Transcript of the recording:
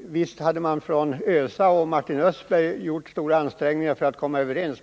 visst hade man från ÖSA och Martin Östberg gjort stora ansträngningar för att komma överens.